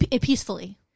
peacefully